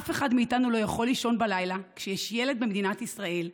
אף אחד מאיתנו לא יכול לישון בלילה כשיש ילד במדינת ישראל,